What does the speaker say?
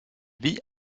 vit